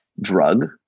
Drug